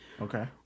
Okay